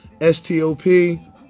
S-T-O-P